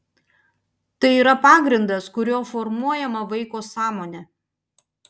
tai yra pagrindas kuriuo formuojama vaiko sąmonė